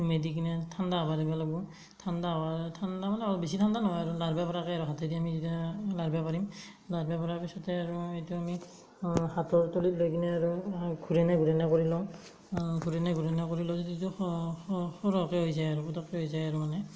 নমাই দি কিনে ঠাণ্ডা হ'ব দিব লাগিব ঠাণ্ডা হোৱাৰ ঠাণ্ডা মানে বেছি ঠাণ্ডা নহয় আৰু লাৰিব পৰাকৈ আৰু হাতেদি আমি যেতিয়া লাৰিব পাৰিম লাৰিব পৰা পিছতে আৰু এইটো আমি হাতত তুলি লৈ কিনে আৰু ঘূৰণীয়া ঘূৰণীয়া কৰি লওঁ ঘূৰণীয়া ঘূৰণীয়া কৰি লৈ যদি সৰহকৈ হৈ যায় আৰু পতককৈ হৈ যায় আৰু মানে